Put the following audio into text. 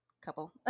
couple